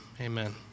amen